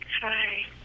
Hi